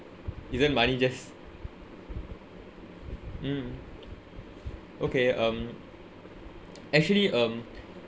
isn't money just mm mm okay um actually um